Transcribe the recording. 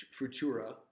Futura